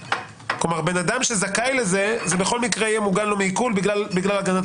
כלומר בן אדם שזכאי לזה זה בכל מקרה יהיה מוגן לו מעיקול בגלל הגנת